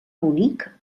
bonic